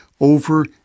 over